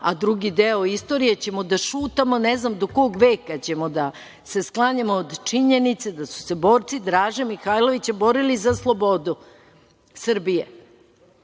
a drugi deo istorije ćemo da šutamo. Ne znam do kog veka ćemo da se sklanjamo od činjenice da su se borci Draže Mihailovića borili za slobodu Srbije? Da